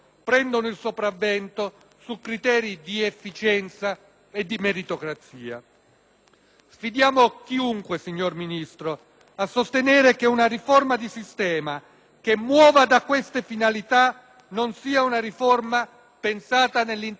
Sfidiamo chiunque, signor Ministro, a sostenere che una riforma di sistema che muova da queste finalità non sia una riforma pensata nell'interesse di tutti i cittadini. E a quella parte più responsabile dell'opposizione